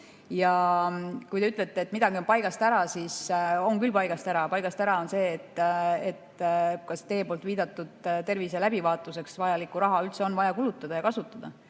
Ja kui te ütlete, et midagi on paigast ära, siis on küll paigast ära. Paigast ära on see, et kas teie viidatud tervise läbivaatuseks vajalikku raha üldse on vaja kulutada ja kasutada.